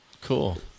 Cool